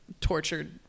tortured